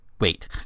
Wait